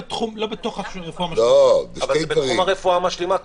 אבל בתחום הרפואה המשלימה.